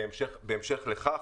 בהמשך לכך,